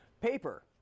paper